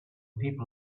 people